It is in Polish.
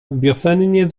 wiosennie